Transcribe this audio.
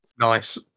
Nice